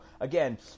again